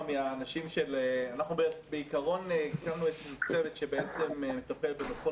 אנחנו בעיקרון הקמנו איזשהו צוות שבעצם מטפל בכל